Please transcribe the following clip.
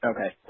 Okay